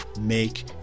make